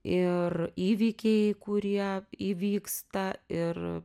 ir įvykiai kurie įvyksta ir